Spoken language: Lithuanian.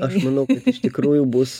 aš manau kad iš tikrųjų bus